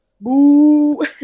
Boo